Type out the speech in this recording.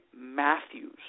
Matthews